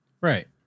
Right